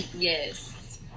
yes